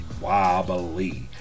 wobbly